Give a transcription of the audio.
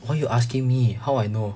why you asking me how I know